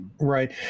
right